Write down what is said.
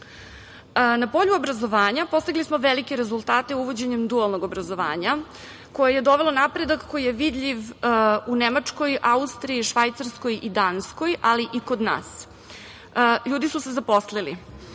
polju obrazovanja postigli smo velike rezultate uvođenjem dualnog obrazovanja, koje je dovelo napredak koji je vidljiv u Nemačkoj, Austriji, Švajcarskoj i Danskoj, ali i kod nas. Ljudi su se zaposlili.